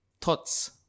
thoughts